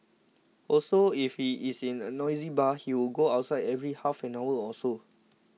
also if he is in a noisy bar he would go outside every half an hour or so